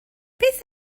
beth